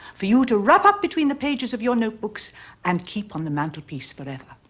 for you to wrap up between the pages of your notebooks and keep on the mantelpiece forever.